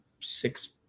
six